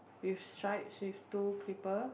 with stripes with two clipper